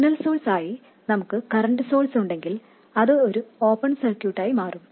signal source ആയി നമുക്ക് current source ഉണ്ടെങ്കിൽ അത് ഒരു ഓപ്പൺ സർക്യൂട്ടായി മാറും